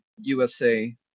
USA